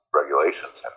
regulations